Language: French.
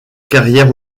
carrière